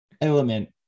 element